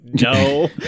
no